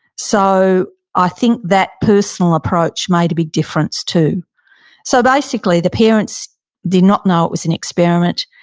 so ah think that personal approach made a big difference too so basically, the parents did not know it was an experiment.